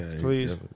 Please